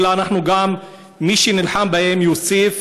אלא גם מי שנלחם בהם מוסיף,